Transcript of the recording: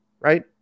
Right